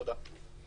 תודה.